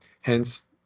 Hence